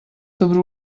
sobre